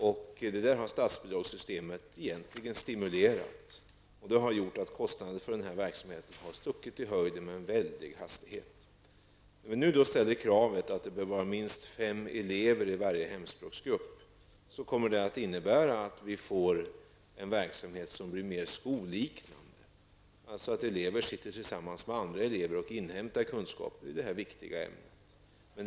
Statsbidraget har egentligen stimulerat en sådan ordning. Men detta har gjort att kostnaderna för den här verksamheten har rakat i höjden med en väldig hastighet. När vi nu ställer krav på att det skall vara minst fem elever i varje hemspråksgrupp, kommer verksamheten att bli mer skolliknande, dvs. hemspråkseleverna sitter tillsammans med andra elever och hämtar in sina kunskaper i detta viktiga ämne.